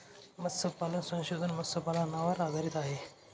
मत्स्यपालन संशोधन मत्स्यपालनावर आधारित आहे